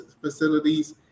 facilities